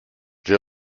der